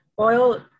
Oil